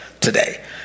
today